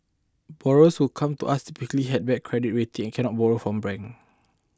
borrowers who come to us typically had red credit rating cannot borrow from ban